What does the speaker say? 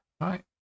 right